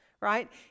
right